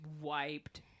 wiped